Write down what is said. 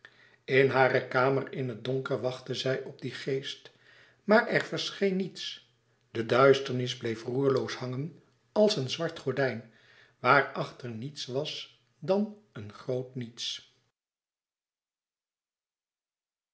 in hare kamer in het donker wachtte zij op dien geest maar er verscheen niets de duisternis bleef roerloos hangen als een zwart gordijn waarachter niets was dan een groot niets